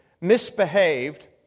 misbehaved